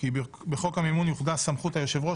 כי בחוק המימון יוחדה סמכות היושב-ראש